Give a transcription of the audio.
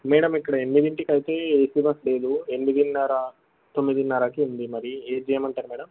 madam ఇక్కడ ఎనిమిదింటికి అయితే ఏ సీ బస్ లేదు ఎనిమిదిన్నర తొమ్మిదిన్నరకి ఉంది మరి ఏది చేయమంటారు మేడమ్